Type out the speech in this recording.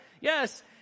Yes